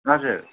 हजुर